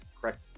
correct